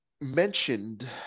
mentioned